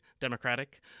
democratic